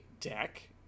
deck